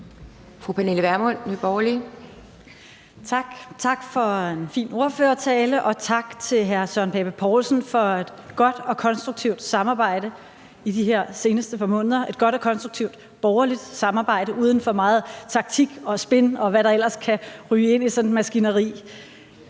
Tak for en fin ordførertale og tak til hr. Søren Pape Poulsen for et godt og konstruktivt samarbejde i de her seneste par måneder – et godt og konstruktivt borgerligt samarbejde uden for meget taktik og spin, og hvad der ellers kan ryge ind i sådan et maskineri.